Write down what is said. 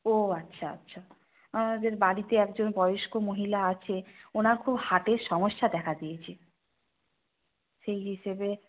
ও আচ্ছা আচ্ছা আমাদের বাড়িতে একজন বয়স্ক মহিলা আছে ওনার খুব হার্টের সমস্যা দেখা দিয়েছে সেই হিসেবে